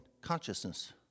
consciousness